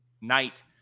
night